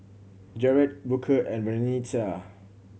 Jarett Booker and Vernita